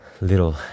little